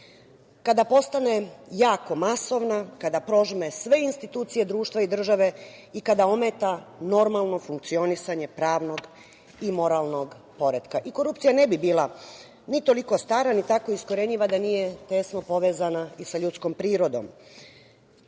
kada postane jako masovna, kada prožme sve institucije društva i države i kada ometa normalno funkcionisanje pravnog i moralnog poretka. Korupcija ne bi bila ni toliko stara, ni tako iskorenjiva da nije tesno povezana i sa ljudskom prirodom.